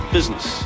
Business